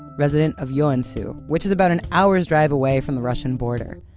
resident of joensuu, which is about an hour's drive away from the russian border.